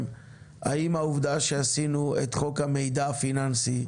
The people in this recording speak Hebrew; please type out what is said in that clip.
האם העובדה שעשינו את חוק המידע הפיננסי,